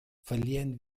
verlieren